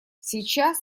сейчас